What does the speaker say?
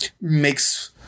makes –